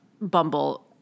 Bumble